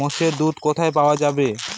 মোষের দুধ কোথায় পাওয়া যাবে?